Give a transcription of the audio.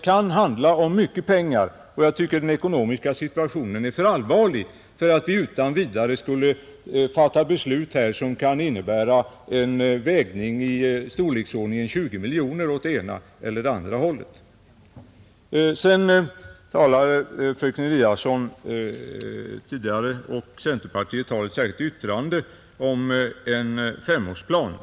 Det handlar om mycket pengar,-och jag anser att den ekonomiska situationen är för allvarlig för att vi utan vidare fattar ett beslut här som kan innebära en vägning i storleksordningen 20 miljoner kronor åt ena eller andra hållet. Fröken Eliasson talade tidigare om en femårsplan, vilken också tas upp i ett särskilt yttrande från centerpartiet.